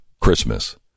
Christmas